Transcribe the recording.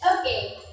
Okay